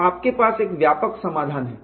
तो आपके पास एक व्यापक समाधान है